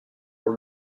pour